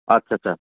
आतसा सा